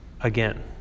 again